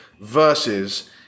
versus